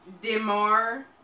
Demar